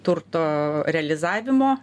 turto realizavimo